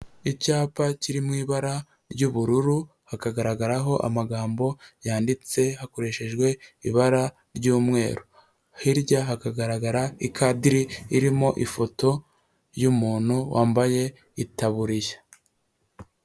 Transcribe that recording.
Icyapa kiri mu ibara ry'ubururu hakagaragaraho amagambo yanditse hakoreshejwe ibara ry'umweru, hirya hakagaragara ikadiri irimo ifoto y'umuntu wambaye itaburiya.